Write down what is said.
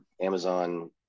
amazon